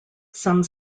some